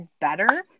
better